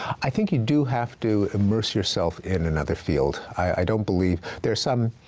i think you do have to immerse yourself in another field. i don't believe. there's some